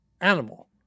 animal